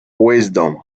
wisdom